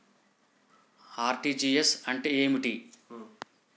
RTGS అంటే ఏమిటి?